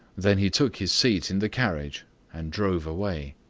then he took his seat in the carriage and drove away.